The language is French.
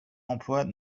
emplois